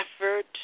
effort